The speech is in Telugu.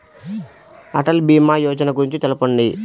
అటల్ భీమా యోజన గురించి తెలుపండి?